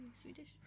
Swedish